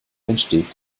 entsteht